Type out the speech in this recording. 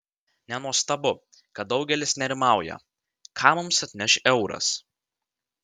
nenuostabu kad daugelis nerimauja ką mums atneš euras